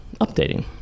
updating